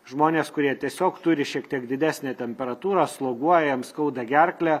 žmonės kurie tiesiog turi šiek tiek didesnę temperatūrą sloguoja jiem skauda gerklę